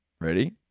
ready